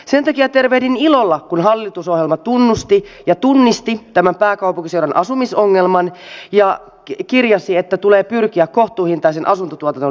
sen takia tervehdin ilolla kun hallitusohjelma tunnusti ja tunnisti tämän pääkaupunkiseudun asumisongelman ja kirjasi että tulee pyrkiä kohtuuhintaisen asuntotuotannon lisäämiseen